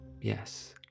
Yes